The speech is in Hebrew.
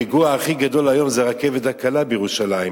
הפיגוע הכי גדול היום זה הרכבת הקלה בירושלים,